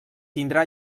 tindrà